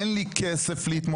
אין לי כסף להתמודד,